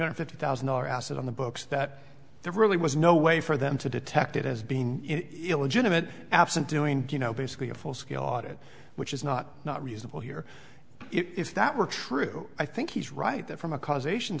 hundred fifty thousand dollars asset on the books that there really was no way for them to detect it has been illegitimate absent doing you know basically a full scale audit which is not not reasonable here if that were true i think he's right that from a causation